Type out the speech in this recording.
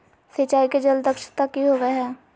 सिंचाई के जल दक्षता कि होवय हैय?